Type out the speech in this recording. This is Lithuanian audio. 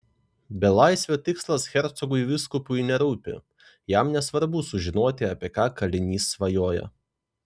belaisvio tikslas hercogui vyskupui nerūpi jam nesvarbu sužinoti apie ką kalinys svajoja